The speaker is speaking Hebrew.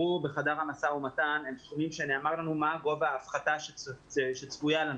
בחדר המשא ומתן על-ידי נציגי האוצר.